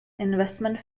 investment